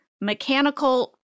mechanical